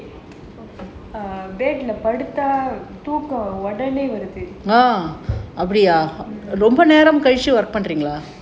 bed lah படுத்தா தூக்கம் உடனே வருது:paduthaa thookam udanae varuthu